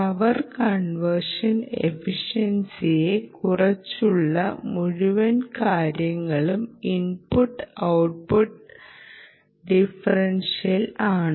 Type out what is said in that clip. power conversion എഫിഷൻസിയെ കുറിച്ചുള്ള മുഴുവൻ കാര്യങ്ങളും ഇൻപുട്ട് ഔട്ട്പുട്ട് ഡിഫറൻഷ്യൽ ആണ്